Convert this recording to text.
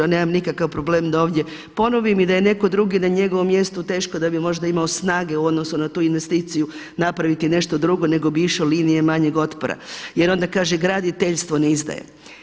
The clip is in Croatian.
Ja nemam nikakav problem da ovdje ponovim i da je neko drugi na njegovom mjestu teško da bi možda imao snage u odnosu na tu investiciju napraviti nešto drugo nego bi išao linijom manjeg otpora jer onda kaže graditeljstvo ne izdaje.